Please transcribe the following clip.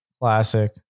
classic